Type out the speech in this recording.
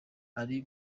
ari